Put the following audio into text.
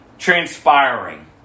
transpiring